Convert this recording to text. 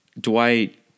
Dwight